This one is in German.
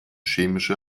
chemische